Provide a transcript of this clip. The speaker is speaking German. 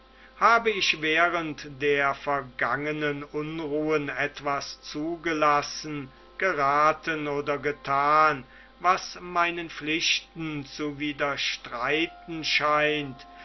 habe ich während der vergangenen unruhen etwas zugelassen gerathen oder gethan was meinen pflichten zu widerstreiten scheint